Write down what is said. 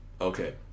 Okay